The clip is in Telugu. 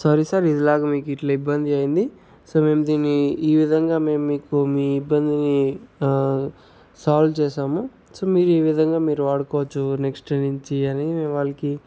సారీ సార్ ఇదిలాగ మీకిట్ల ఇబ్బంది అయ్యింది సో మేము దీన్ని ఈ విధంగా మేము మీకు మీ ఇబ్బందిని సాల్వ్ చేసాము సో మీరు ఈ విధంగా మీరు వాడుకోవచ్చు నెక్స్ట్ నుంచి అని వాళ్ళకి